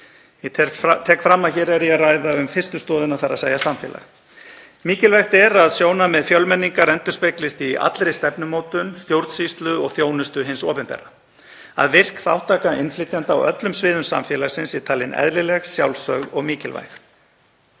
Ég tek fram að hér er ég að ræða um fyrstu stoðina, samfélag. Mikilvægt er að sjónarmið fjölmenningar endurspeglist í allri stefnumótun, stjórnsýslu og þjónustu hins opinbera og að virk þátttaka innflytjenda á öllum sviðum samfélagsins sé talin eðlileg, sjálfsögð og mikilvæg.